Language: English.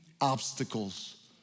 obstacles